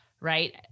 right